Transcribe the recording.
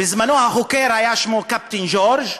בזמנו, החוקר, שמו היה קפטן ג'ורג'